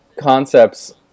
concepts